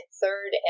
third